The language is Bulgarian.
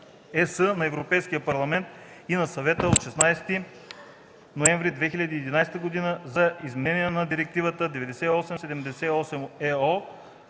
на Европейския парламент и на Съвета от 16 ноември 2011 г. за изменение на директиви 98/78/ЕО,